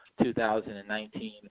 2019